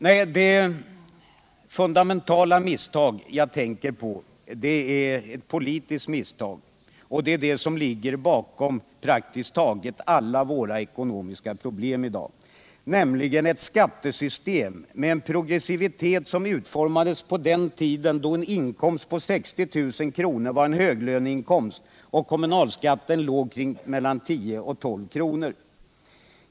Nej, det fundamentala misstag jag tänker på är ett politiskt misstag, och det är det som ligger bakom praktiskt taget alla våra ekonomiska problem i dag, nämligen ett skattesystem med en progressivitet som utformades på den tiden då en inkomst på 60 000 kr. var en höglöneinkomst. Kommunalskatten låg då vid 10-12 kr.